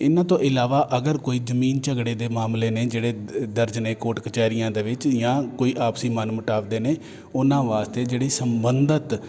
ਇਹਨਾਂ ਤੋਂ ਇਲਾਵਾ ਅਗਰ ਕੋਈ ਜ਼ਮੀਨ ਝਗੜੇ ਦੇ ਮਾਮਲੇ ਨੇ ਜਿਹੜੇ ਦਰਜ ਨੇ ਕੋਟ ਕਚਹਿਰੀਆਂ ਦੇ ਵਿੱਚ ਜਾਂ ਕੋਈ ਆਪਸੀ ਮਨ ਮੁਟਾਵ ਦੇ ਨੇ ਉਹਨਾਂ ਵਾਸਤੇ ਜਿਹੜੀ ਸੰਬੰਧਿਤ